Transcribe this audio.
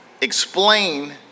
explain